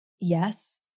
yes